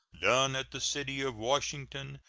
done at the city of washington,